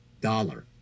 Dollar